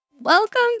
Welcome